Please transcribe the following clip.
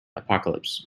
apocalypse